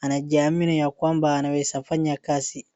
anajiamini ya kwamba anaeza fanya kazi.